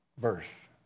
birth